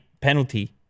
penalty